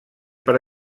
per